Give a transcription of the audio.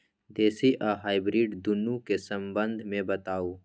देसी आ हाइब्रिड दुनू के संबंध मे बताऊ?